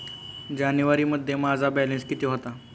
जानेवारीमध्ये माझा बॅलन्स किती होता?